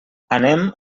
anem